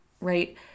right